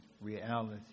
reality